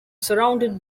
surrounded